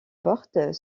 portes